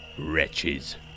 wretches